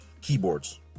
keyboards